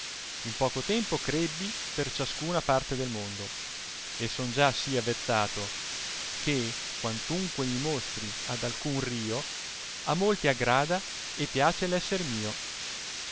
in poco tenipo crebbi per ciascuna parte del mondo e son già sì avezzato che quantunque mi mostri ad alcun rio a molti aggrada e piace esser mio